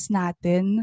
natin